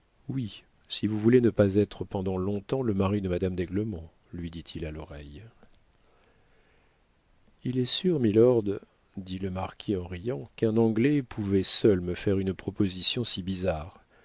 oui si vous voulez ne pas être pendant long-temps le mari de madame d'aiglemont lui dit-il à l'oreille il est sûr milord dit le marquis en riant qu'un anglais pouvait seul me faire une proposition si bizarre